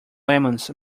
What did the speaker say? lemons